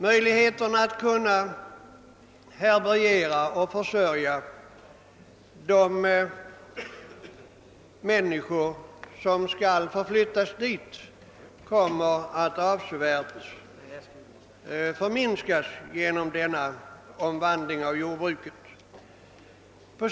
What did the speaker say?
Möjligheterna att härbärgera och försörja de människor som skall förflyttas dit kommer att minska avsevärt genom denna omvandling av jordbruket.